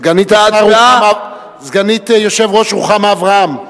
סגנית היושב-ראש רוחמה אברהם,